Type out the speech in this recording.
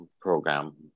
program